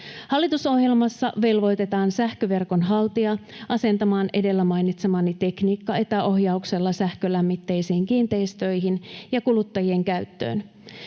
Hallitusohjelmassa velvoitetaan sähköverkon haltija asentamaan edellä mainitsemani tekniikka etäohjauksella sähkölämmitteisiin kiinteistöihin ja kuluttajien käyttöön.